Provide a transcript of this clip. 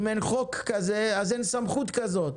אם אין חוק כזה אז אין סמכות כזאת.